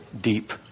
deep